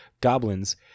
goblins